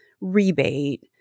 rebate